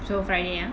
so friday ah